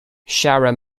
sharon